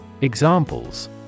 Examples